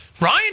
Ryan